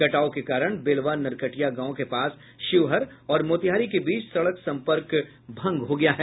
कटाव के कारण बेलवा नरकटिया गांव के पास शिवहर और मोतिहारी के बीच सड़क संपर्क भंग हो गया है